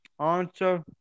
answer